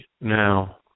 Now